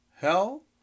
Hell